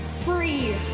free